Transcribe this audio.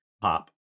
pop